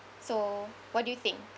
so what do you think